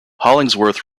hollingsworth